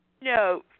No